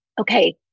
okay